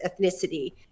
ethnicity